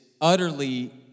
utterly